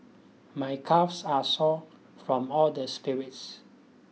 my calves are sore from all the spirits